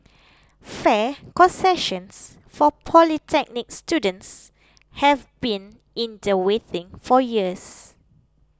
fare concessions for polytechnic students have been in the waiting for years